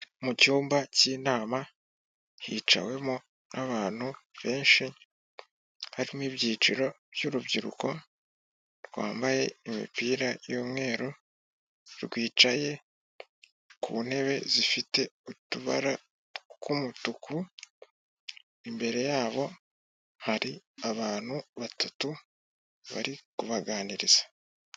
Mu cyumba cy'inama, hicawemo n'abantu benshi, harimo ibyiciro by'urubyiruko rwambaye imipira y'umweru, rwicaye ku ntebe zifite utubara tw'umutuku, imbere yabo hari abantu batatu bari kubaganiriza.